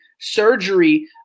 surgery